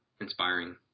inspiring